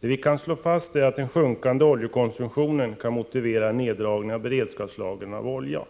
Vad vi kan slå fast är att den sjunkande oljekonsumtionen kan motivera en neddragning av beredskapslagren av olja.